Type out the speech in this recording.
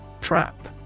Trap